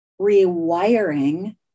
rewiring